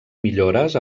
millores